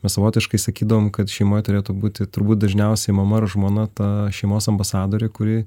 mes savotiškai sakydavom kad šeimoj turėtų būti turbūt dažniausiai mama ar žmona ta šeimos ambasadorė kuri